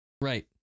Right